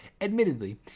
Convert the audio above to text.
Admittedly